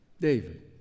David